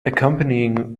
accompanying